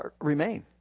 remain